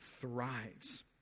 thrives